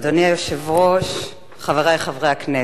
אדוני היושב-ראש, חברי חברי הכנסת,